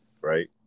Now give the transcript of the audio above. right